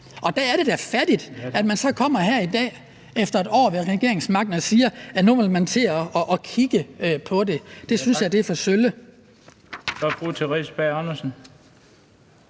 Og der er det da fattigt, at man så kommer her i dag efter et år med regeringsmagten og siger, at nu vil man til at kigge på det. Det synes jeg er for sølle.